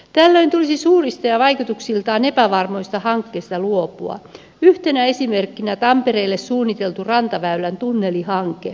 tällöin tulisi luopua suurista ja vaikutuksiltaan epävarmoista hankkeista joista yhtenä esimerkkinä on tampereelle suunniteltu rantaväylän tunnelihanke